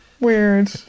Weird